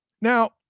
now